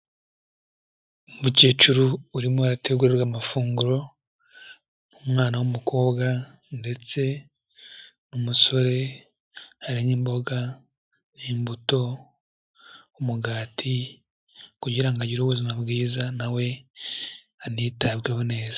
Umukecuru urimo arategurirwa amafunguro, n'umwana w'umukobwa ndetse n'umusore ararya imboga n'imbuto, umugati kugira ngo agire ubuzima bwiza na we anitabweho neza.